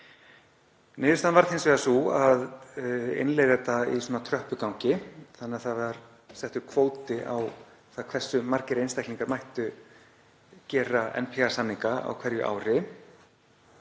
Niðurstaðan varð hins vegar sú að innleiða þetta í tröppugangi þannig að settur var kvóti á það hversu margir einstaklingar mættu gera NPA-samninga á hverju ári.